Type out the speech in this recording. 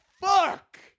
fuck